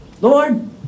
Lord